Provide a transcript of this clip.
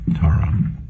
tara